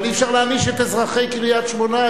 אבל אי-אפשר להעניש את אזרחי קריית-שמונה,